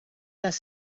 las